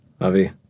Avi